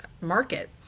market